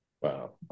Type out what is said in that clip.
Wow